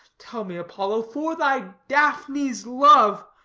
tell me, apollo, for thy daphne's love,